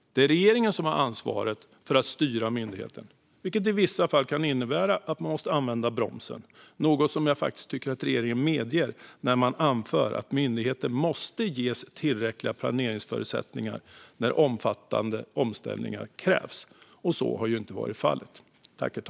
Det är regeringen som har ansvaret för att styra myndigheten, vilket i vissa fall kan innebära att man måste använda bromsen. Det tycker jag faktiskt att regeringen medger när man anför att myndigheten måste ges tillräckliga planeringsförutsättningar när omfattande omställningar krävs. Så har ju inte varit fallet.